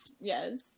Yes